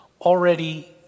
already